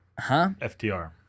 FTR